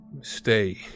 stay